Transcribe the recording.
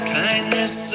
kindness